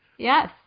Yes